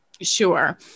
Sure